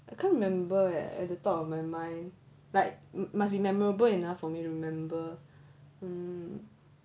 I can't remember eh at the top of my mind like must be memorable enough for me to remember mm